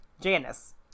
Janice